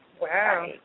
Wow